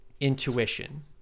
intuition